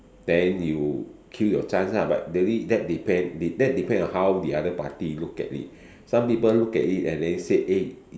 then you kill your chance lah but really that depends that depends on how the other party look at it some people look at it and then say eh